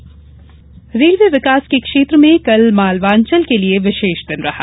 railway विकास railway विकास के क्षेत्र में कल मालवांचल के लिये विशेष दिन रहा